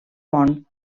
món